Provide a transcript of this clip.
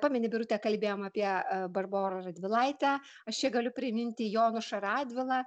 pameni birute kalbėjom apie barborą radvilaitę aš čia galiu priminti jonušą radvilą